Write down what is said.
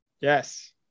Yes